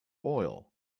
oil